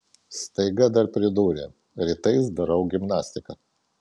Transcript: staiga dar pridūrė rytais darau gimnastiką